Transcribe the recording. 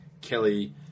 Kelly